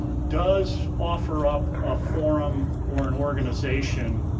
does offer up a forum or an organization,